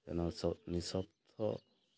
ତେଣୁ ନିଶବ୍ଦ